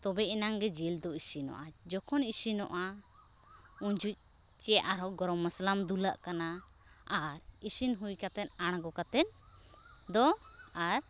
ᱛᱚᱵᱮ ᱮᱱᱟᱝ ᱜᱮ ᱡᱤᱞ ᱫᱚ ᱤᱥᱤᱱᱚᱜᱼᱟ ᱡᱚᱠᱷᱚᱱ ᱤᱥᱤᱱᱚᱜᱼᱟ ᱩᱱᱡᱷᱚᱡ ᱪᱮ ᱟᱨᱦᱚᱸ ᱜᱚᱨᱚᱢ ᱢᱚᱥᱞᱟᱢ ᱫᱩᱞᱟᱜ ᱠᱟᱱᱟ ᱟᱨ ᱤᱥᱤᱱ ᱦᱩᱭ ᱠᱟᱛᱮᱫ ᱟᱬᱜᱚ ᱠᱟᱛᱮᱫ ᱫᱚ ᱟᱨ